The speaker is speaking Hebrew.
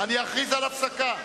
אני אכריז על הפסקה.